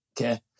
Okay